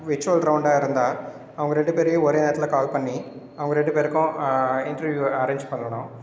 virtual ரவுண்டா இருந்தால் அவங்க ரெண்டு பேரையும் ஒரே நேரத்தில் கால் பண்ணி அவங்க ரெண்டு பேருக்கும் இன்டெர்வியூ அரேஞ் பண்ணனும்